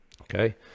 Okay